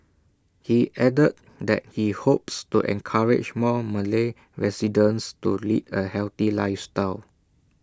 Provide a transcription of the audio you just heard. he added that he hopes to encourage more Malay residents to lead A healthy lifestyle